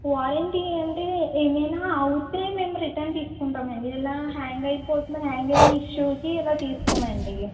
warranty అంటే ఏమైనా అవుతే మేము రిటర్న్ తీసుకుంటామండి ఇలా హ్యాంగ్ అయిపోతున్న హ్యాంగ్ అయ్యే ఇష్యూకి ఇలా తీసుకోమండి